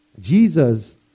Jesus